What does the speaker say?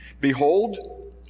Behold